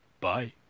bye